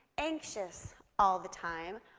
anxious all the time,